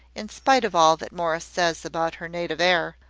in spite of all that morris says about her native air.